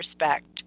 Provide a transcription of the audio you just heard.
respect